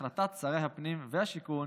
הכנסת יואב בן צור בנושא: החלטת שרי הפנים והשיכון